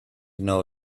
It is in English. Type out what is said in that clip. know